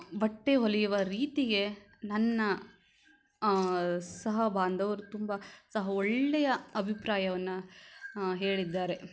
ಬಟ್ಟೆ ಹೊಲಿಯುವ ರೀತಿಗೆ ನನ್ನ ಸಹಬಾಂಧವರು ತುಂಬ ಸಹ ಒಳ್ಳೆಯ ಅಭಿಪ್ರಾಯವನ್ನು ಹೇಳಿದ್ದಾರೆ